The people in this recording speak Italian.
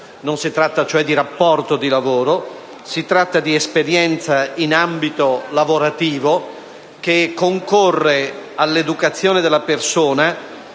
Non si tratta di rapporto di lavoro, ma si tratta di esperienza in ambito lavorativo che concorre all'educazione della persona